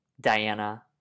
Diana